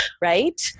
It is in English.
right